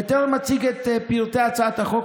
בטרם אציג את פרטי הצעת החוק,